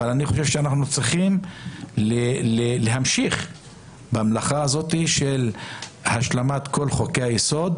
אבל אני חושב שאנחנו צריכים להמשיך במלאכה של כל חוקי היסוד